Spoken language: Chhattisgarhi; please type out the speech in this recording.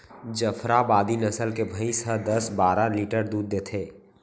जफराबादी नसल के भईंस ह दस बारा लीटर दूद देथे